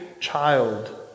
child